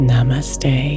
Namaste